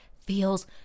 feels